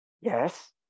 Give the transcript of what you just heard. Yes